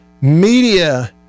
Media